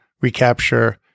recapture